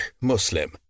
Muslim